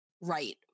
right